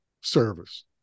service